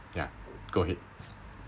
ya go ahead